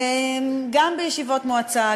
גם בישיבות מועצה,